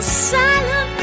silent